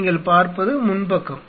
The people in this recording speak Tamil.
நீங்கள் பார்ப்பது முன் பக்கம்